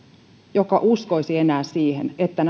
joka uskoisi enää siihen että